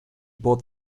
bought